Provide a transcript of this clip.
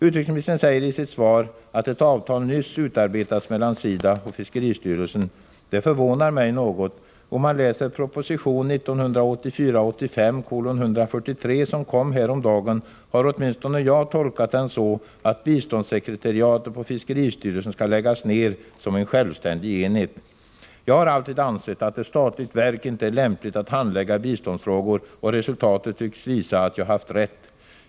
Utrikesministern säger i sitt svar att ett avtal nyss utarbetats mellan SIDA och fiskeristyrelsen. Det förvånar mig något. Åtminstone jag har tolkat proposition 1984/85:143, som kom häromdagen, på det sättet att biståndssekretariatet på fiskeristyrelsen skall läggas ner som en självständig enhet. Jag har alltid ansett att ett statligt verk inte är lämpligt att handlägga biståndsfrågor, och resultatet tycks visa att jag har haft rätt.